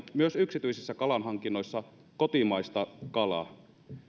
myös yksityisissä kalahankinnoissa kotimaista kalaa